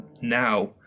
now